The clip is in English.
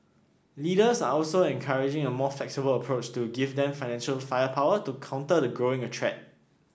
leaders are also encouraging a more flexible approach to give them financial firepower to counter the growing a threat